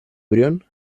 brión